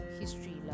history